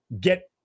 get